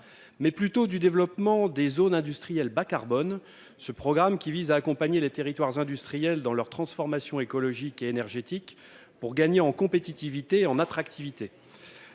parle bien du développement des zones industrielles bas-carbone (Zibac). Ce programme vise à accompagner les territoires industriels dans leur transformation écologique et énergétique pour gagner en compétitivité et en attractivité.